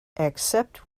except